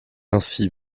ainsi